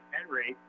Henry